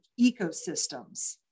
ecosystems